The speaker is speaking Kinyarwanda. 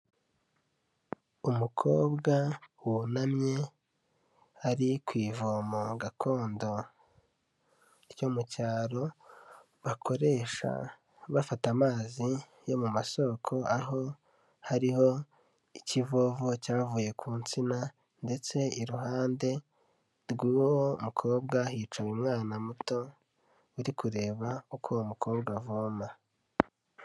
Umukobwa wunamye ari ku ivomo gakondo ryo mu cyaro bakoresha bafata amazi yo mu masoko, aho hariho ikivovo cyavuye ku nsina ndetse iruhande rw'uwo mukobwa hicaye umwana muto uri kureba uko uwo mukobwa avoma.